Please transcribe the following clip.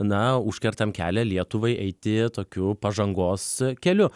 na užkertam kelią lietuvai eiti tokiu pažangos keliu